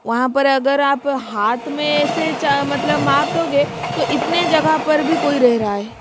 वहाँ पर अगर आप हाथ में ऐसे मतलब माप दोगे तो इतने जगह पर भी कोइ रह रहा है